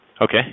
Okay